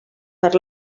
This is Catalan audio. per